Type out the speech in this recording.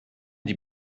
die